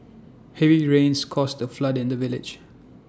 heavy rains caused A flood in the village